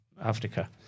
Africa